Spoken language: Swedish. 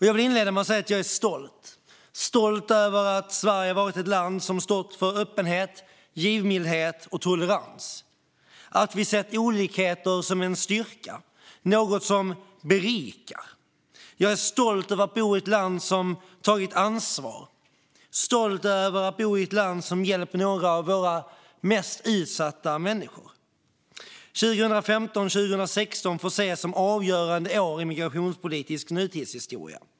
Jag vill inleda med att säga att jag är stolt över att Sverige har varit ett land som stått för öppenhet, givmildhet och tolerans och att vi har sett olikheter som en styrka och något som berikar. Jag är stolt över att bo i ett land som har tagit ansvar och som har hjälpt några av de mest utsatta människorna. Åren 2015 och 2016 får ses som avgörande år i migrationspolitisk nutidshistoria.